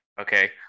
Okay